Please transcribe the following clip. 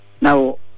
Now